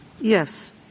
Yes